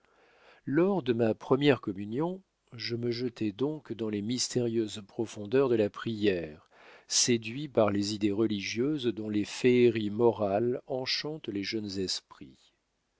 lors de ma première communion je me jetai donc dans les mystérieuses profondeurs de la prière séduit par les idées religieuses dont les féeries morales enchantent les jeunes esprits